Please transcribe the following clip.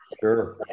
Sure